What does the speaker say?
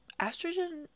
estrogen